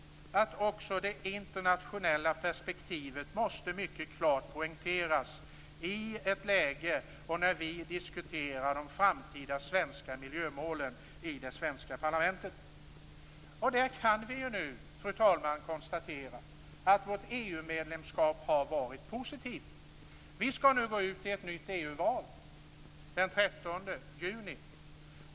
Också det internationella perspektivet måste mycket klart poängteras när vi diskuterar de framtida svenska miljömålen i det svenska parlamentet. Här kan vi nu konstatera, fru talman, att vårt EU medlemskap har varit positivt. Vi skall nu gå ut i ett nytt EU-val den 13 juni.